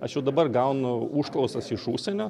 aš jau dabar gaunu užklausas iš užsienio